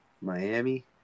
Miami